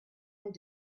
and